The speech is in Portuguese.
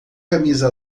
camisa